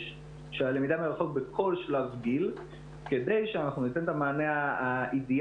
הלמידה מרחוק בכל שלב גיל כדי שאנחנו ניתן את המענה האידיאלי.